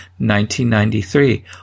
1993